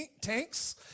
tanks